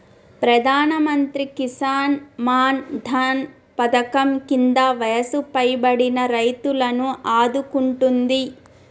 ప్రధానమంత్రి కిసాన్ మాన్ ధన్ పధకం కింద వయసు పైబడిన రైతులను ఆదుకుంటుంది